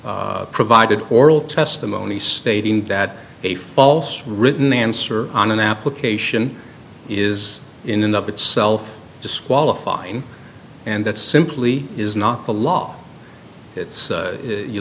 provided oral testimony stating that a false written answer on an application is in and of itself disqualifying and that simply is not the law it's you